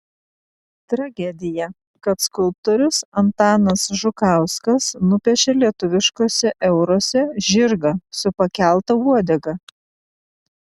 tragedija kad skulptorius antanas žukauskas nupiešė lietuviškuose euruose žirgą su pakelta uodega